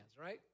right